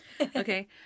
Okay